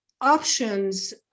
options